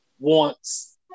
wants